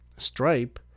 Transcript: stripe